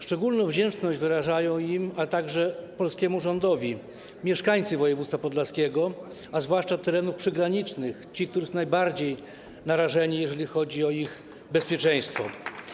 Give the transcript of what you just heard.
Szczególną wdzięczność wyrażają wobec nich, a także wobec polskiego rządu mieszkańcy województwa podlaskiego, a zwłaszcza terenów przygranicznych, ci, którzy są najbardziej narażeni, jeżeli chodzi o ich bezpieczeństwo.